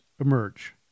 emerge